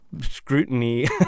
scrutiny